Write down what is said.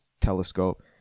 telescope